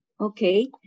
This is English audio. Okay